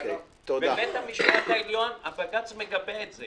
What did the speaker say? בבית המשפט העליון הבג"ץ מגבה את זה: